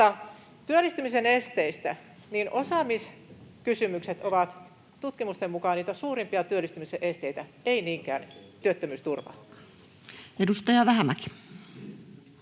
työllistymisen esteistä: osaamiskysymykset ovat tutkimusten mukaan niitä suurimpia työllistymisen esteitä, ei niinkään työttömyysturva. Edustaja Vähämäki.